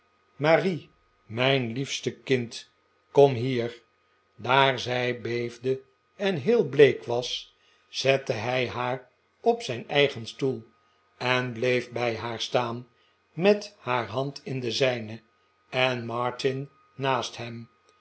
marie mijn liefste kind kom hier daar zij beefde en heel bleek was zette hij haar op zijn eigen stoel en bleef bij haar staan met haar hand in de zijne en martin naast hem